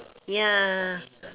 ya